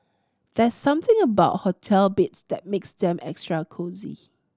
there's something about hotel beds that makes them extra cosy